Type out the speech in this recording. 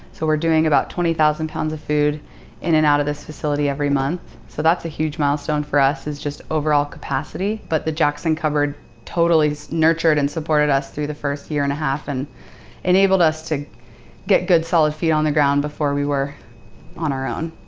so we're doing about twenty thousand pounds of food in and out of this facility every month. so that's a huge milestone for us, is just overall capacity. but the jackson cupboard totally nurtured and supported us through the first year and a half and enabled us to get good, solid feet on the ground before we were on our own.